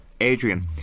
Adrian